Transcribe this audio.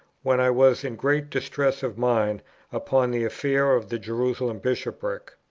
when i was in great distress of mind upon the affair of the jerusalem bishopric.